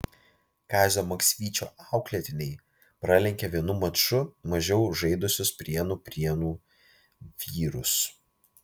kazio maksvyčio auklėtiniai pralenkė vienu maču mažiau žaidusius prienų prienų vyrus